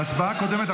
בהצבעה הקודמת,